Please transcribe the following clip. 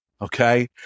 okay